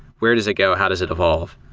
where does it go? how does it evolve?